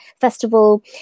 Festival